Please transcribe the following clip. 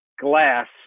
glass